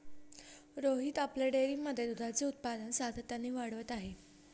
रोहित आपल्या डेअरीमध्ये दुधाचे उत्पादन सातत्याने वाढवत आहे